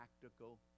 practical